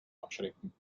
abschrecken